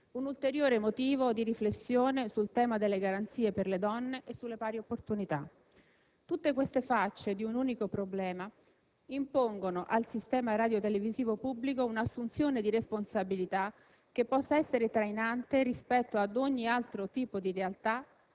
Un ulteriore motivo di riflessione sul tema delle garanzie per le donne e sulle pari opportunità. Tutte queste facce di un unico problema impongono al sistema radiotelevisivo pubblico un'assunzione di responsabilità che possa essere trainante rispetto ad ogni altro tipo di realtà,